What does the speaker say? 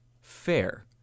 fair